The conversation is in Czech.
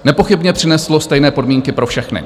Nepochybně přineslo stejné podmínky pro všechny.